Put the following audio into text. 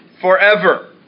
forever